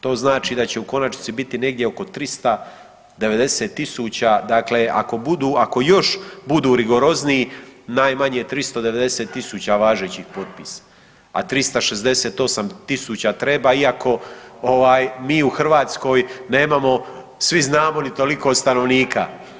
To znači da će u konačnici biti negdje oko 390.000 dakle ako budu još rigorozniji najmanje 390.000 važećih potpisa, a 368.000 treba iako mi u Hrvatskoj nemamo svi znamo ni toliko stanovnika.